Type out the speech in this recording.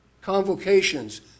convocations